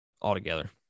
altogether